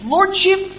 Lordship